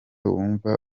wumva